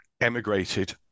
emigrated